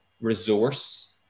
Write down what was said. resource